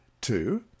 Two